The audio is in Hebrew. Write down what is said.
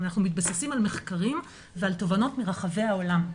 ואנחנו מתבססים על מחקרים ועל תובנות מרחבי העולם.